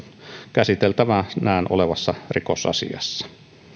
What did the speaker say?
käsiteltävänään olevassa rikosasiassa